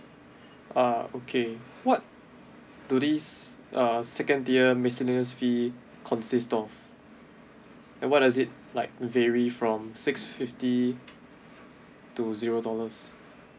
uh okay what do this uh second tier miscellaneous fee consist of and what does it like vary from six fifty to zero dollars